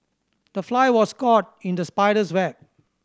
the fly was caught in the spider's web